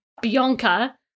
Bianca